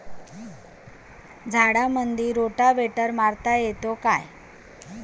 झाडामंदी रोटावेटर मारता येतो काय?